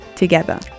together